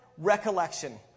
Recollection